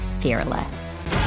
fearless